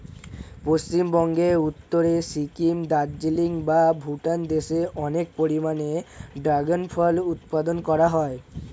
পশ্চিমবঙ্গের উত্তরে সিকিম, দার্জিলিং বা ভুটান দেশে অনেক পরিমাণে ড্রাগন ফল উৎপাদন করা হয়